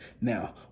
Now